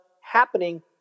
happening